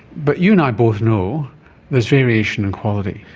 but you and i both know there's variation in quality.